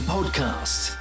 Podcast